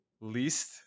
least